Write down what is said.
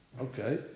Okay